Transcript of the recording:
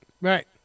Right